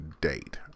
date